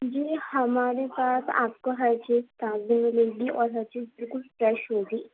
جی ہمارے پاس آپ کو ہر چیز تازی ملے گی اور ہر چیز بالکل فریش ہوگی